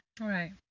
right